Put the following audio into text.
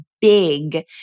big